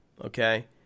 okay